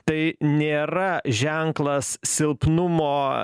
tai nėra ženklas silpnumo